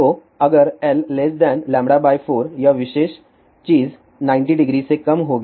तो अगर l λ 4 यह विशेष चीज 900 से कम होगी